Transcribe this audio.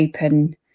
open